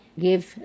give